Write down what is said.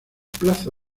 plaza